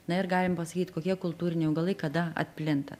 na ir galim pasakyt kokie kultūriniai augalai kada atplinta